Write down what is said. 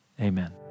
amen